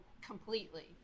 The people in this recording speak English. completely